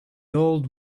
old